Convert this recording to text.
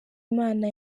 imana